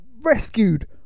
rescued